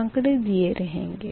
आँकड़े दिए रहेंगे